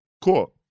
cool